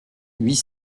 huit